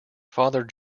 father